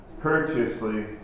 courteously